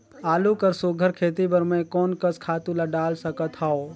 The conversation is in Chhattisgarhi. आलू कर सुघ्घर खेती बर मैं कोन कस खातु ला डाल सकत हाव?